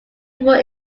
before